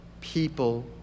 people